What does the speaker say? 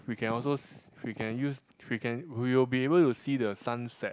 we can also s~ we can use we can we will be able to see the sunset